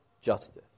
justice